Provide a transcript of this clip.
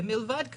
מלבד זאת,